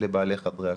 לבעלי חדרי הכושר,